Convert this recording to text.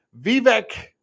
Vivek